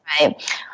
right